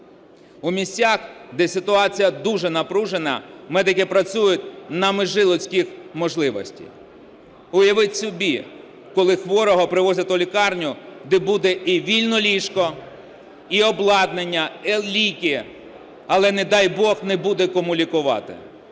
У місцях, де ситуація дуже напружена, медики працюють на межі людських можливостей. Уявіть собі, коли хворого привозять у лікарню, де буде і вільне ліжко, і обладнання, і ліки, але, не дай Бог, не буде кому лікувати.